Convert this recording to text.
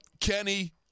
Kenny